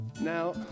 Now